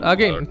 Again